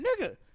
Nigga